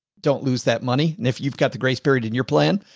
don't lose that money. and if you've got the grace period in your plan,